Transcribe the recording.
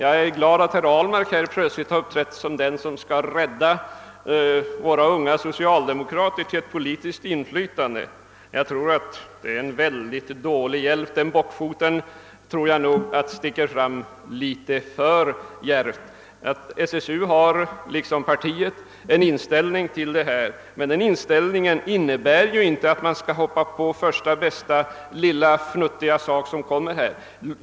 Herr Ahlmark uppträder här som den som skall hjälpa våra unga socialdemokrater att få ett politiskt inflytande. Jag tror emellertid att det är en dålig hjälp. Bockfoien sticker fram litet för tydligt. SSU har liksom partiet en bestämd inställning till denna fråga, men den inställningen innebär inte att man skall hoppa på första bästa lilla fnuttiga sak som kommer fram.